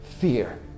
Fear